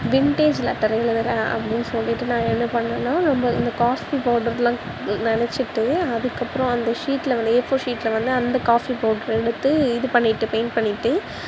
vintage letter எழுதறேன் அப்படின்னு சொல்லிவிட்டு நான் என்ன பண்ணேன்னா இந்த காஃபி பவுடர்லாம் நனைச்சிட்டு அதுக்கப்புறோம் அந்த ஷீட்டில் வந்து ஏஃபோர் ஷீட்டில் வந்து அந்த காஃபி பவுடர் எடுத்து இது பண்ணிட்டு பெயிண்ட் பண்ணிவிட்டு